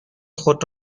خود